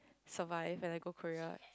survive when I go Korea